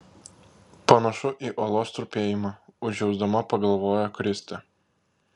panašu į uolos trupėjimą užjausdama pagalvojo kristė